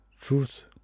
truth